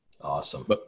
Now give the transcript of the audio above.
awesome